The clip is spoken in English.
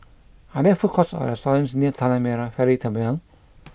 are there food courts or restaurants near Tanah Merah Ferry Terminal